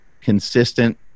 consistent